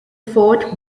fort